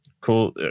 Cool